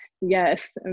Yes